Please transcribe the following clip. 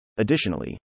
Additionally